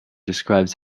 describes